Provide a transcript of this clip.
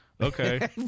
Okay